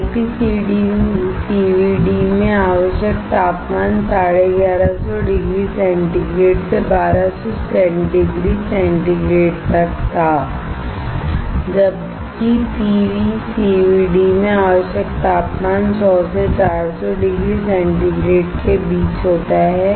LPCVD में आवश्यक तापमान 1150 डिग्री सेंटीग्रेड से 1200 डिग्री सेंटीग्रेड तक था जबकि PECVD में आवश्यक तापमान 100 से 400 डिग्री सेंटीग्रेड के बीच होता है